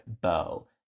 bow